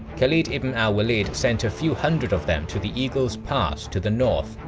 khalid ibn al-walid sent a few hundred of them to the eagle's pass to the north,